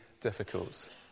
difficult